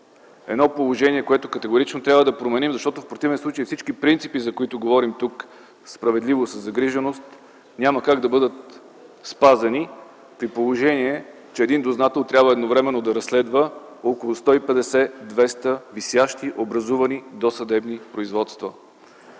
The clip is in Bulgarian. Едно положение, което категорично трябва да променим, защото в противен случай всички принципи, за които говорим тук – справедливост и загриженост, няма как да бъдат спазени при положение, че един дознател трябва едновременно да разследва около 150-200 висящи образувани досъдебни производства.